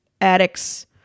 addicts